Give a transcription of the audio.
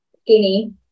skinny